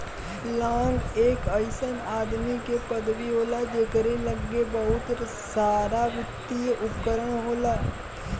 लांग एक अइसन आदमी के पदवी होला जकरे लग्गे बहुते सारावित्तिय उपकरण होला